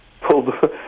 pulled